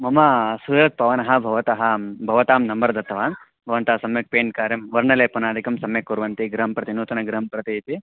ममा सुहृत् पवनः भवतः भवतां नम्बर् दत्तवान् भवन्तः सम्यक् पेण्ट् कार्यं वर्णलेपनादिकं सम्यक् कुर्वन्ति गृहं प्रति नूतनगृहं प्रति इति